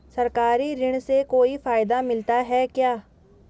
सरकारी ऋण से कोई फायदा मिलता है क्या?